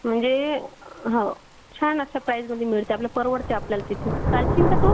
म्हणजे हो छान असं प्राईजमध्ये मिळते आपल्या परवडते आपल्याल तिथे चालशील का तू